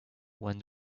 when